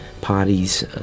parties